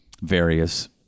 various